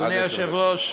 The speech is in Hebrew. אדוני היושב-ראש,